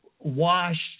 washed